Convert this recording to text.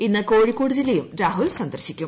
ഇന്ന് കോഴിക്കോട് ജില്ലയും രാഹുൽ സന്ദർശിക്കും